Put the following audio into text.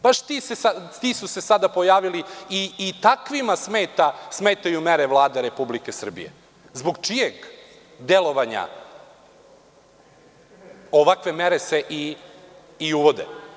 Baš ti su se sada pojavili i takvima smetaju mere Vlade Republike Srbije zbog čijeg delovanja ovakve mere se i uvode.